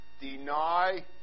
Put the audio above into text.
Deny